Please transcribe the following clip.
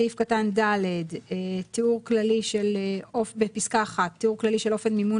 סעיף קטן (ד) פסקה (1) "תיאור כללי של אופן מימון